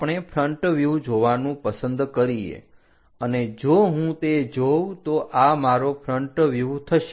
આપણે front view જોવાનું પસંદ કરીએ અને જો હું તે જોવ તો આ મારો ફ્રન્ટ વ્યુહ થશે